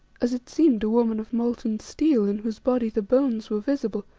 as it seemed a woman of molten steel in whose body the bones were visible,